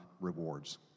rewards